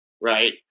right